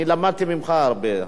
אני למדתי ממך הרבה.